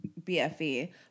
BFE